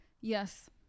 Yes